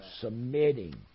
submitting